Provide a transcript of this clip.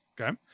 Okay